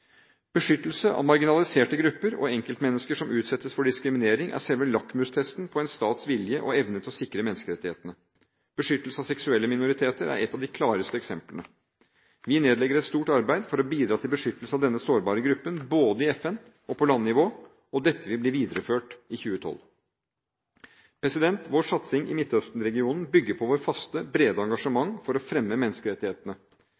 Beskyttelse av marginaliserte grupper og enkeltmennesker som utsettes for diskriminering, er selve lakmustesten på en stats vilje og evne til å sikre menneskerettighetene. Beskyttelse av seksuelle minoriteter er et av de klareste eksemplene. Vi nedlegger et stort arbeid for å bidra til beskyttelse av denne sårbare gruppen, både i FN og på landnivå, og dette vil bli videreført i 2012. Vår satsing i Midtøsten-regionen bygger på vårt faste, brede